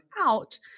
out